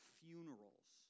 funerals